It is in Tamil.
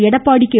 எடப்பாடி கே